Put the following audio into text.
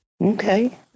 Okay